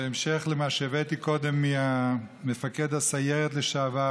בהמשך למה שהבאתי קודם ממפקד הסיירת לשעבר